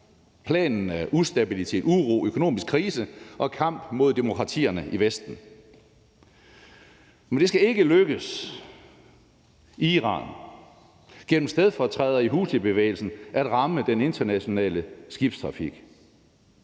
Planen er ustabilitet, uro, økonomisk krise og kamp mod demokratierne i Vesten. Men det skal ikke lykkes Iran gennem stedfortrædere i houthibevægelsen at ramme den internationale skibstrafik.